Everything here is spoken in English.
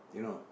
you know